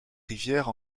rivière